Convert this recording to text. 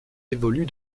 évolue